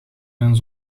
mijn